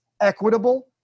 equitable